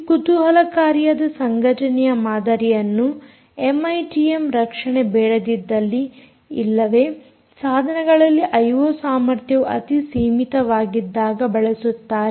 ಈ ಕುತೂಹಲಕಾರಿಯದ ಸಂಘಟನೆಯ ಮಾದರಿಯನ್ನು ಎಮ್ಐಟಿಎಮ್ ರಕ್ಷಣೆ ಬೇಡದಿದ್ದಲ್ಲಿ ಇಲ್ಲವೇ ಸಾಧನಗಳಲ್ಲಿ ಐಓ ಸಾಮರ್ಥ್ಯವು ಅತಿ ಸೀಮಿತವಾಗಿದ್ದಾಗ ಬಳಸುತ್ತಾರೆ